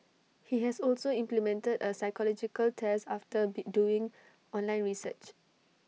he has also implemented A psychological test after doing online research